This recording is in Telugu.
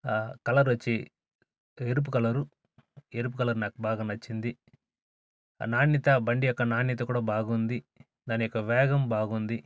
కలరొచ్చి ఎరుపు కలరు ఎరుపు కలరు నాకు బాగా నచ్చింది నాణ్యత బండి యొక్క నాణ్యత బాగుంది దాని యొక్క వేగం బాగుంది